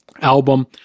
album